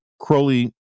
Crowley